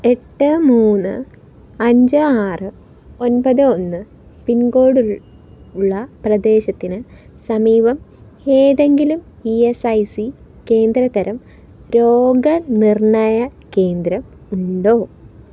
എട്ട് മൂന്ന് അഞ്ച് ആറ് ഒൻപത് ഒന്ന് പിൻകോഡ് ഉൾ ഉള്ള പ്രദേശത്തിന് സമീപം ഏതെങ്കിലും ഇ എസ് ഐ സി കേന്ദ്രതരം രോഗനിർണ്ണയ കേന്ദ്രം ഉണ്ടോ